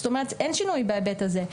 זאת אומרת אין שינוי בהיבט הזה,